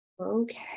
Okay